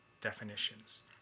definitions